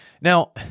now